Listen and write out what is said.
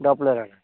गप्लरण